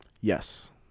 Yes